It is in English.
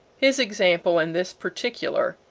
his example in this particular,